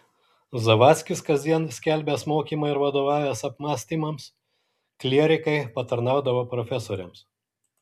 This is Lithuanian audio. zavadzkis kasdien skelbęs mokymą ir vadovavęs apmąstymams klierikai patarnaudavo profesoriams